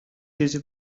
چیزی